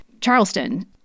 Charleston